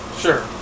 Sure